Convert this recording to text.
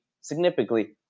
significantly